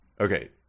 Okay